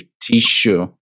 tissue